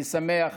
אני שמח